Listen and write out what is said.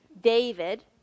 David